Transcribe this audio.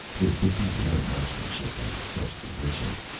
there could be no marksmanship under such conditions.